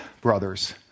brothers